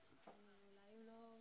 העמותות.